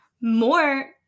more